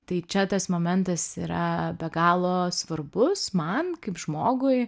tai čia tas momentas yra be galo svarbus man kaip žmogui